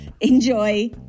Enjoy